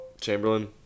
Chamberlain